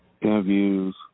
interviews